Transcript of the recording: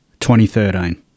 2013